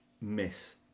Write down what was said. miss